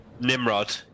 Nimrod